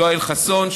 יואל חסון,